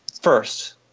First